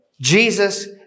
Jesus